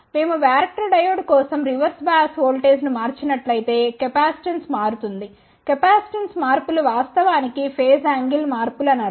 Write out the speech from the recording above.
మేము varactor diode కోసం reverse bias ఓల్టేజ్ను మార్చినట్లయితే కెపాసిటెన్స్ మారుతుంది కెపాసిటెన్స్ మార్పులు వాస్తవానికి ఫేస్ యాంగిల్ మార్పులు అని అర్ధం